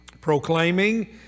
proclaiming